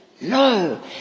no